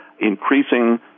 increasing